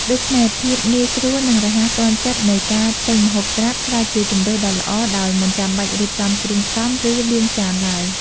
ដូច្នេះ ភាពងាយស្រួល និងរហ័សទាន់ចិត្តនៃការទិញម្ហូបស្រាប់ក្លាយជាជម្រើសដ៏ល្អ ដោយមិនចាំបាច់រៀបចំគ្រឿងផ្សំ ឬលាងចានឡើយ។